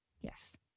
Yes